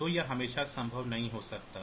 तो यह हमेशा संभव नहीं हो सकता है